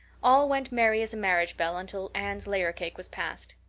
all went merry as a marriage bell until anne's layer cake was passed.